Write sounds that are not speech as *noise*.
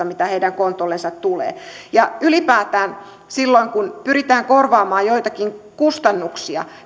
*unintelligible* mitä heidän kontollensa tulee ja ylipäätään silloin kun pyritään korvaamaan joitakin kustannuksia